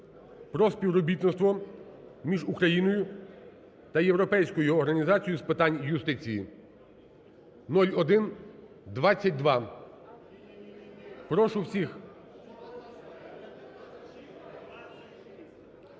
про співробітництво між Україною та Європейською організацією з питань юстиції (0122). Прошу всіх….